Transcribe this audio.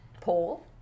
Paul